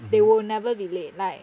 they will never be late like